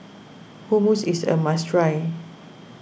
Hummus is a must try